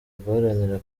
guharanira